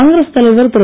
காங்கிரஸ் தலைவர் திரு